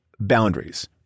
boundaries